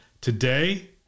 Today